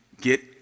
get